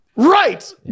Right